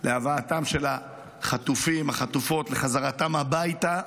להבאתם של החטופים, החטופות, לחזרתם הביתה,